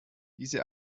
diese